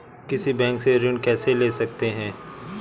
किसी बैंक से ऋण कैसे ले सकते हैं?